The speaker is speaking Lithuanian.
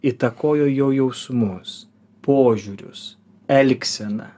įtakojo jo jausmus požiūrius elgseną